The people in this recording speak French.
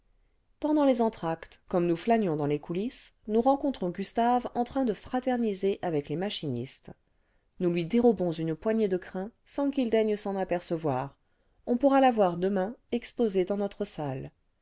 pendant les entr'actes comme nous flânions dans les coulisses nous rencontrons gustave en train de fraterniser avec les macninistes jnous lui aerooons une poignée ae crms sans quii daigne s'en apercevoir on pourra la voir demain exposée dans notre salle